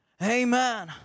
Amen